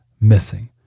missing